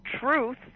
truth